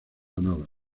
honor